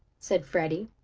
said freddie.